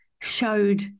showed